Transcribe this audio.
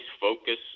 focus